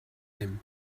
him